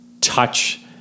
touch